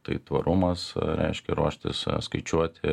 tai tvarumas reiškia ruoštis skaičiuoti